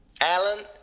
Alan